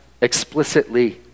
explicitly